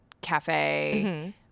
cafe